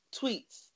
tweets